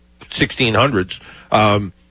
1600s